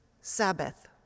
Sabbath